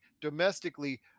domestically